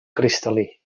cristal·lí